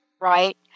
right